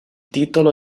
titolo